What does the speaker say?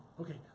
okay